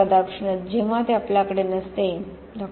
राधाकृष्ण जेंव्हा ते आपल्याकडे नसते डॉ